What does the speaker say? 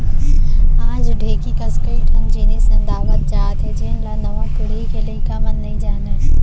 आज ढेंकी कस कई ठन जिनिस नंदावत जात हे जेन ल नवा पीढ़ी के लइका मन नइ जानयँ